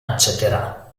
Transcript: accetterà